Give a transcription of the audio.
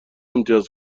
امتیاز